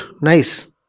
nice